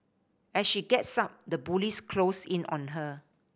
as she gets sun the bullies close in on her